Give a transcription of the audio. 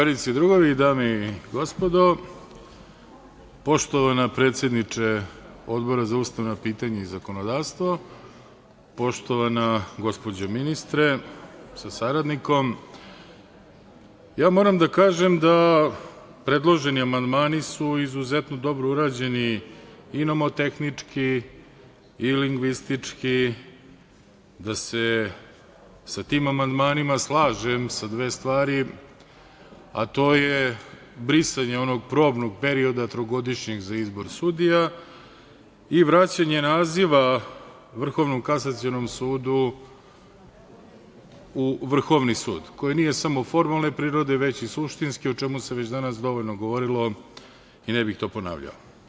Drugarice i drugovi, dame i gospodo, poštovana predsednice Odbora za ustavna pitanja i zakonodavstvo, poštovana gospođo ministre sa saradnikom, ja moram da kažem da predloženi amandmani su izuzetno dobro urađeni, i nomotehnički i lingvistički, da se sa tim amandmanima slažem u dve stvari, a to je brisanje onog probnog perioda trogodišnjeg za izbor sudija i vraćanje naziva Vrhovnom kasacionom sudu u Vrhovni sud, koji nije samo formalne prirode, već i suštinske, o čemu se već danas dovoljno govorilo i ne bih to ponavljao.